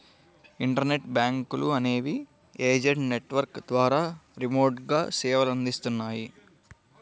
internet బ్యాంకులు అనేవి agent network ద్వారా రిమోట్గా సేవలనందిస్తాయి